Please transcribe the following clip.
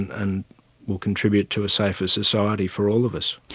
and will contribute to a safer society for all of us.